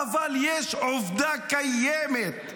אבל יש עובדה קיימת: